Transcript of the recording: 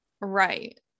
right